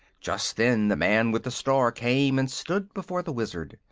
just then the man with the star came and stood before the wizard.